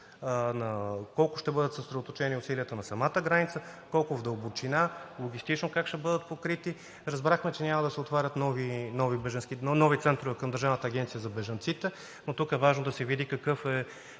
Колко ще бъдат съсредоточени усилията на самата граница, колко в дълбочина, логистично как ще бъдат покрити? Разбрахме, че няма да се отварят нови центрове към Държавната агенция за бежанците. Тук е важно да се види какъв е